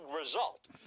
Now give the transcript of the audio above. result